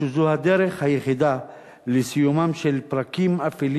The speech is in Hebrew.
שזו הדרך היחידה לסיומם של פרקים אפלים